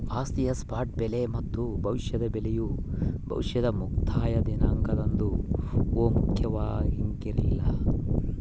ಆಸ್ತಿಯ ಸ್ಪಾಟ್ ಬೆಲೆ ಮತ್ತು ಭವಿಷ್ಯದ ಬೆಲೆಯು ಭವಿಷ್ಯದ ಮುಕ್ತಾಯ ದಿನಾಂಕದಂದು ಒಮ್ಮುಖವಾಗಿರಂಗಿಲ್ಲ